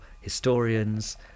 historians